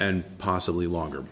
and possibly longer